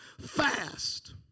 fast